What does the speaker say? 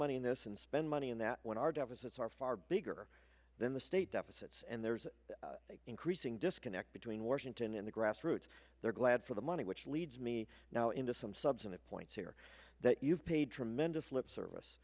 money on this and spend money on that when our deficits are far bigger than the state deficits and there's an increasing disconnect between washington and the grassroots they're glad for the money which leads me now into some substantive points here that you've paid tremendous lip service